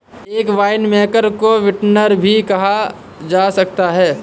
एक वाइनमेकर को विंटनर भी कहा जा सकता है